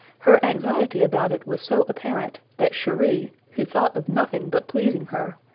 her anxiety about it was so apparent, that cheri, who thought of nothing but pleasing her,